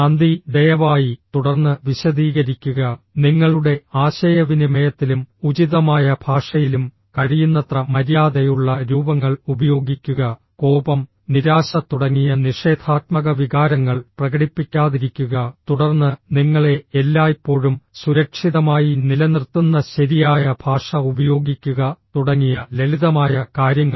നന്ദി ദയവായി തുടർന്ന് വിശദീകരിക്കുക നിങ്ങളുടെ ആശയവിനിമയത്തിലും ഉചിതമായ ഭാഷയിലും കഴിയുന്നത്ര മര്യാദയുള്ള രൂപങ്ങൾ ഉപയോഗിക്കുക കോപം നിരാശ തുടങ്ങിയ നിഷേധാത്മക വികാരങ്ങൾ പ്രകടിപ്പിക്കാതിരിക്കുക തുടർന്ന് നിങ്ങളെ എല്ലായ്പ്പോഴും സുരക്ഷിതമായി നിലനിർത്തുന്ന ശരിയായ ഭാഷ ഉപയോഗിക്കുക തുടങ്ങിയ ലളിതമായ കാര്യങ്ങൾ